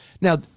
Now